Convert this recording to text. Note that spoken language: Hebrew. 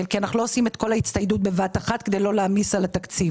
כי אנחנו לא עושים את כל ההצטיידות בבת אחת כדי לא להעמיס על התקציב.